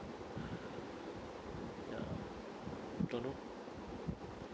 ya don't know